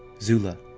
zula,